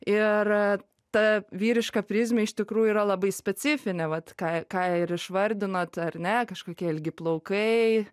ir ta vyriška prizmė iš tikrųjų yra labai specifinė vat ką ką ir išvardinot ar ne kažkokie ilgi plaukai